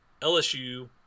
LSU